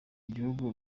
igihugu